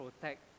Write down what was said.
protect